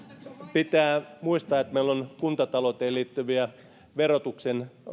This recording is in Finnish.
pitää muistaa että meillä on kuntatalouteen verotuksen